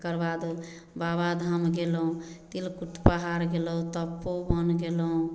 ओकर बाद बाबाधाम गेलहुँ त्रिकुट पहाड़ गेलहुँ तपोवन गेलहुँ